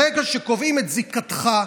ברגע שקובעים את זיקתך,